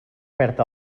perd